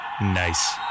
Nice